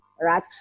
right